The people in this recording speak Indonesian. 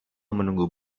menunggu